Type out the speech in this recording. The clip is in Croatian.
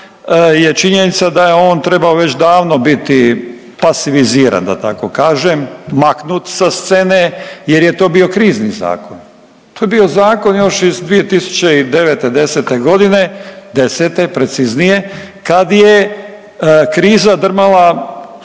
je činjenica da je on trebao već davno biti pasiviziran, da tako kažem, maknut sa scene jer je to bio krizni zakon. To je bio zakon još iz 2009., '10. g., '10. preciznije, kad je kriza drmala